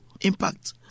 impact